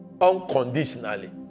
unconditionally